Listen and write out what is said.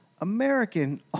American